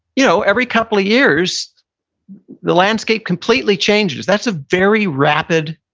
you know every couple of years the landscape completely changes. that's a very rapid,